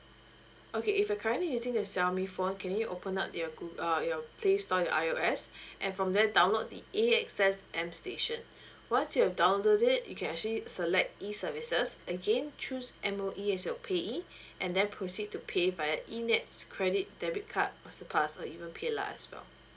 okay if you're currently using the xiaomi phone can you open up to your goo~ uh your playstore your iOSand from then download the AXS m station once you have download it you can actually select e services again choose M_O_E as your payee and then proceed to pay via e NETS credit debit card masterpass or even paylah as well